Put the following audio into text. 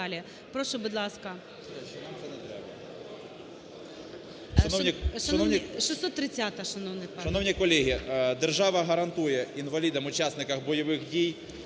Прошу, будь ласка.